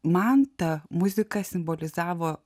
man ta muzika simbolizavo